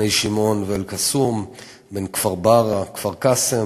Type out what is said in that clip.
בני-שמעון ואל-קסום, בין כפר-ברא לכפר-קאסם,